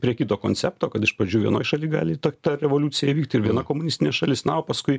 prie kito koncepto kad iš pradžių vienoj šaly gali ta ta revoliucija įvykt ir viena komunistinė šalis na o paskui